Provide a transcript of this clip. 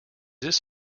this